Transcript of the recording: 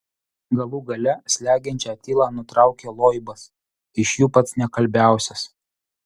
galų gale slegiančią tylą nutraukė loibas iš jų pats nekalbiausias